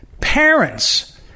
parents